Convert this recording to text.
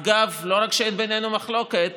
אגב, לא רק שאין בינינו מחלוקת